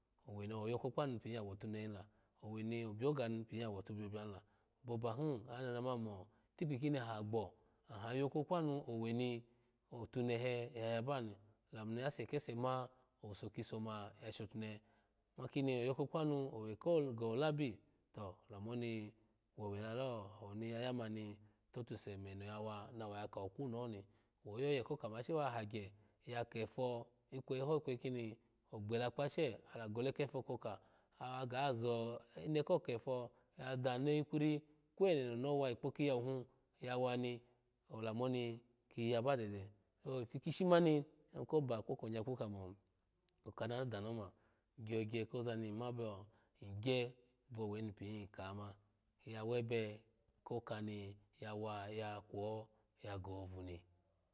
Owe ni aw oyoko kpanu ni piya wotunehe la owe ni obiyogo ni piya wotubiyobiya hila obabahi anan mani mo tikpi ko ni aha gbo aha yoko kpanu owe ni otumehe ya yaba ni lamu ni ase kese ma owuso kiso ma ya shotunehe owa koni oyoko kpanu owe kogo labi to olamu m owe lalo awo ni ya ya mani totuse meno ya wa ni owa yaka okwuna honi wo yoye ko kamo wase wahagye ya ke po ikweyi ho ikweyi kini ogbela kpasu ala gole kefokoka aya ga zo inkokefo aya danu ikwiri kwenono onowa ikpokiyawo hini ya wani alamo kini yaba dede so ipu ishe mani iya yimu koba kpokonyaku kamo oka na dani oma gyogye koza ni ma bivogye vowe ni piyi ko yoma iya webe kokka ni ya wa kwo ni gohobo ni